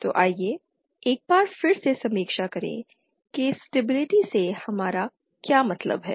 तो आइए एक बार फिर से समीक्षा करें कि स्टेबिलिटी से हमारा क्या मतलब है